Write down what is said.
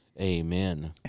Amen